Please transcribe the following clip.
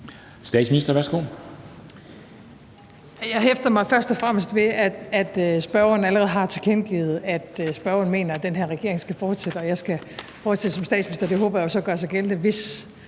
(Mette Frederiksen): Jeg hæfter mig først og fremmest ved, at spørgeren allerede har tilkendegivet, at spørgeren mener, at den her regering skal fortsætte og jeg skal fortsætte som statsminister, og det håber jeg jo så gør sig gældende, hvis